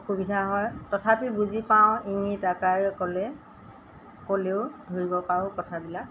অসুবিধা হয় তথাপি বুজি পাওঁ ইংগিত আকাৰে ক'লে ক'লেও ধৰিব পাৰোঁ কথাবিলাক